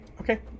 Okay